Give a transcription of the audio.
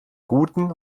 guten